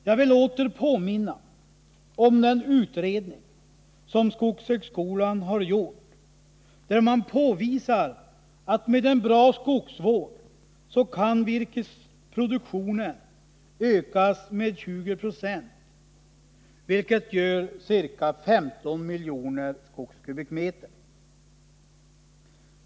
Jag vill åter påminna om den utredning som skogshögskolan har gjort, där man påvisar att virkesproduktionen med en bra skogsvård kan ökas med 20 2, vilket gör ca 15 miljoner skogskubikmeter.